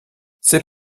ses